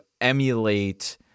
emulate